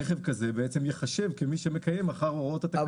רכב כזה בעצם ייחשב כמי שמקיים אחר הוראות התקנה.